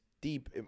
deep